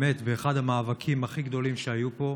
באמת באחד המאבקים הכי גדולים שהיו פה,